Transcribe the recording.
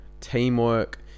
teamwork